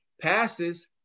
passes